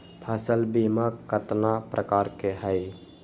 फसल बीमा कतना प्रकार के हई?